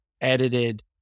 edited